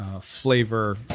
flavor